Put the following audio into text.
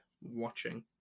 watching